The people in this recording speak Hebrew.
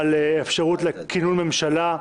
על אפשרות לכינון ממשלה.